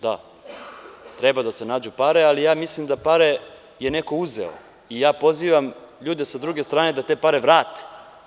Da, treba da se nađu pare, ali ja mislim da pare je neko uzeo i ja pozivam ljude sa druge strane da te pare vrate.